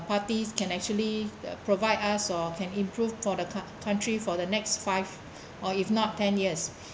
parties can actually provide us or can improve for the co~ country for the next five or if not ten years